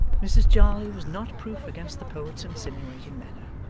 mrs jarley was not proof against the poet's insinuating manner,